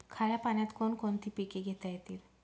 खाऱ्या पाण्यात कोण कोणती पिके घेता येतील?